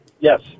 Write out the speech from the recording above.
Yes